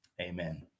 Amen